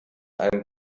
einem